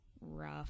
Rough